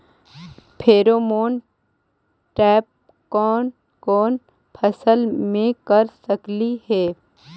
Pheromone trap कोन कोन फसल मे कर सकली हे?